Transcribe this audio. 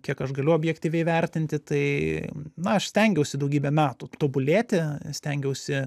kiek aš galiu objektyviai vertinti tai na aš stengiausi daugybę metų tobulėti stengiausi